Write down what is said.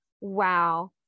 wow